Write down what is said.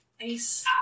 Ace